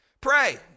Pray